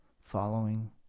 following